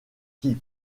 qui